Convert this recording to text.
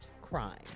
crime